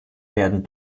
werden